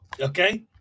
Okay